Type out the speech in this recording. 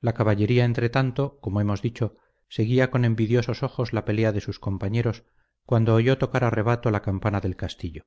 la caballería entretanto como hemos dicho seguía con envidiosos ojos la pelea de sus compañeros cuando oyó tocar a rebato la campana del castillo